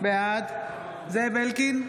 בעד זאב אלקין,